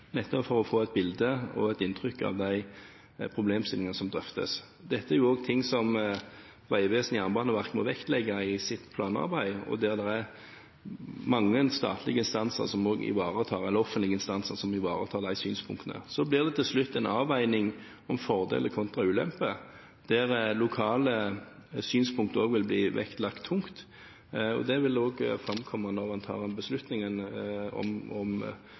nettopp for å få et bilde og et inntrykk av de problemstillingene som drøftes. Dette er også noe som Vegvesenet og Jernbaneverket må vektlegge i sitt planarbeid, og det er mange offentlige instanser som ivaretar de synspunktene. Så blir det til slutt en avveining om fordeler kontra ulemper, der lokale synspunkt også vil bli vektlagt tungt, og det vil framkomme når man tar en beslutning om